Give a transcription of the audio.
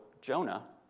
Jonah